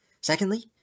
Secondly